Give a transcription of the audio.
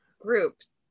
groups